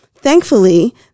Thankfully